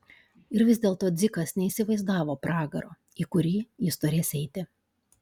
ir vis dėlto dzikas neįsivaizdavo pragaro į kurį jis turės eiti